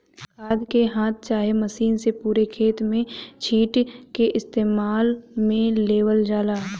खाद के हाथ चाहे मशीन से पूरे खेत में छींट के इस्तेमाल में लेवल जाला